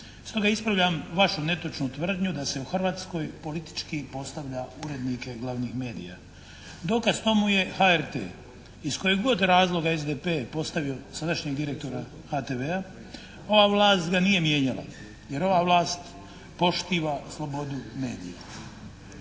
Stoga ispravljam vašu netočnu tvrdnju da se u Hrvatskoj politički postavlja urednike glavnih medija. Dokaz tomu je HRT. Iz kojeg kod razloga je SDP je postavio sadašnjeg direktora HTV-a ova vlast ga nije mijenjala, jer ova vlast poštiva slobodu medija.